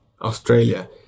Australia